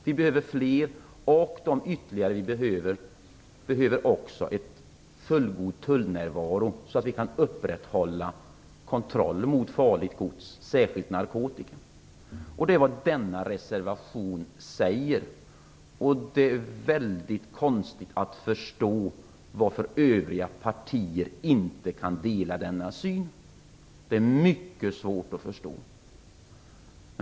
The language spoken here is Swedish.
Vi behöver fler, och de ytterligare flyghamnar som behövs behöver också en fullgod tullnärvaro, så att vi kan upprätthålla kontroll gentemot farligt gods, särskilt narkotika. Det är vad som sägs i denna reservation, och det är väldigt svårt att förstå varför övriga partier inte kan dela denna syn. Det är mycket svårt att förstå.